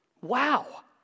Wow